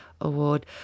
Award